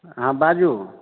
हँ बाजू